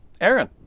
Aaron